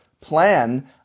plan